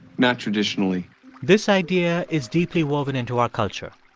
not traditionally this idea is deeply woven into our culture.